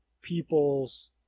peoples